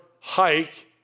hike